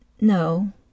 no